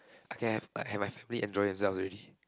I can have I have my family enjoy themselves already